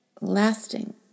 Lasting